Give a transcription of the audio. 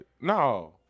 No